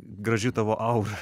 graži tavo aura